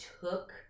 took